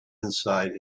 inside